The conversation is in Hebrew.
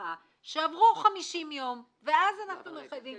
ולהנחה שעברו 50 יום, ואז אנחנו מחייבים.